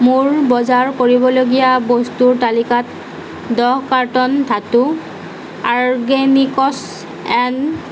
মোৰ বজাৰ কৰিবলগীয়া বস্তুৰ তালিকাত দহ কাৰ্টন ধাতু অৰ্গেনিকছ এণ্ড